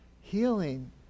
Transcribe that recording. healing